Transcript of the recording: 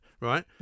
right